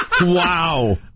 Wow